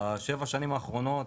בשבע שנים האחרונות